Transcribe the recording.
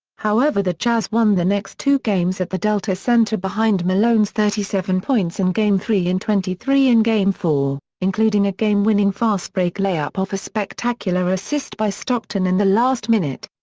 however the jazz won the next two games at the delta center behind malone's thirty seven points in game three and twenty three in game four, including a game-winning fastbreak lay-up off a spectacular assist by stockton in the last minute.